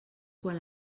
quan